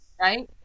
Right